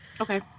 Okay